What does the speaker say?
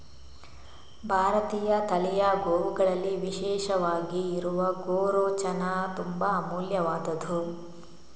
ಭಾರತೀಯ ತಳಿಯ ಗೋವುಗಳಲ್ಲಿ ವಿಶೇಷವಾಗಿ ಇರುವ ಗೋರೋಚನ ತುಂಬಾ ಅಮೂಲ್ಯವಾದ್ದು